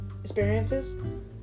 experiences